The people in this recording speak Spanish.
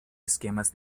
esquemas